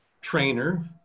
trainer